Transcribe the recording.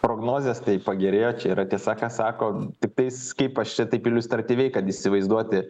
prognozės taip pagerėjo čia yra tiesa ką sako tiktais kaip aš čia taip iliustratyviai kad įsivaizduoti